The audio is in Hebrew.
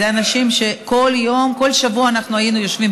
אלה אנשים שכל יום, כל שבוע, אנחנו היינו יושבים,